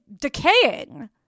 decaying